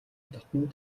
дотно